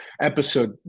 episode